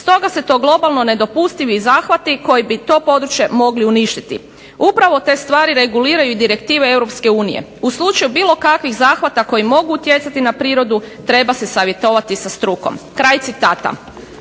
stoga su to globalno nedopustivi zahvati koji bi to područje mogli uništiti. Upravo te stvari reguliraju i direktive Europske unije. U slučaju bilo kakvih zahvata koji mogu utjecati na prirodu treba se savjetovati sa strukom." Naglašavam